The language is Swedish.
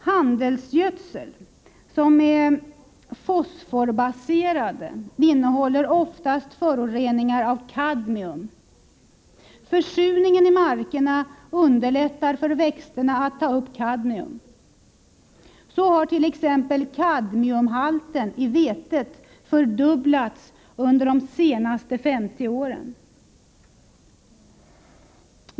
Handelsgödsel som är fosforbaserad innehåller oftast föroreningar av kadmium. Försurningen i markerna underlättar för växterna att ta upp kadmium. Så har t.ex. kadmiumhalten i vetet fördubblats under de senaste 50 åren.